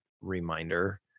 reminder